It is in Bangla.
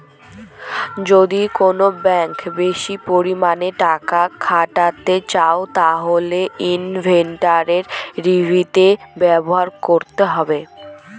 যদি কোন ব্যাঙ্কে বেশি পরিমানে টাকা খাটাতে চাও তাহলে ইনভেস্টমেন্ট রিষিভ ব্যবহার করতে হবে